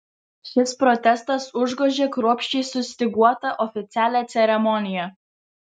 šis protestas užgožė kruopščiai sustyguotą oficialią ceremoniją